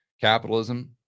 capitalism